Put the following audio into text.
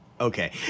Okay